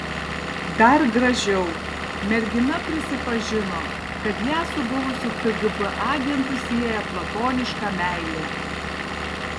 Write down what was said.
dar gražiau mergina prisipažino kad ją su buvusiu kgb agentu sieja platoniška meilė